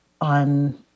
on